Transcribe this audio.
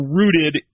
rooted